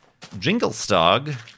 Jinglestog